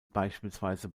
beispielsweise